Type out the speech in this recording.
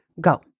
go